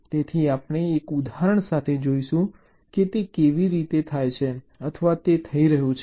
તેથી આપણે એક ઉદાહરણ સાથે જોઈશું કે તે કેવી રીતે થાય છે અથવા તે થઈ રહ્યું છે